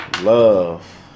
love